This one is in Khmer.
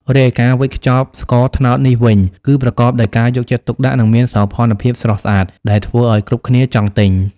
រីឯការវេចខ្ចប់ស្ករត្នោតនេះវិញ គឺប្រកបដោយការយកចិត្តទុកដាក់ និងមានសោភ័ណភាពស្រស់ស្អាត ដែលធ្វើឱ្យគ្រប់គ្នាចង់ទិញ។